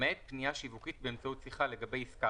למעט פניה שיווקית באמצעות שיחה לגבי עסקה